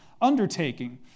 undertaking